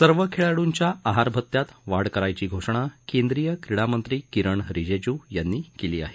सर्व खेळाडूंच्या आहार भत्त्यात वाढ करण्याची घोषणा केंद्रीय क्रीडा मंत्री किरण रिजेजू यांनी केली आहे